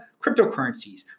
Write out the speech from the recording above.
cryptocurrencies